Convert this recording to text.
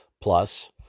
plus